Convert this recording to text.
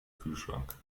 kühlschrank